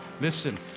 Listen